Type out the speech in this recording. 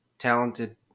Talented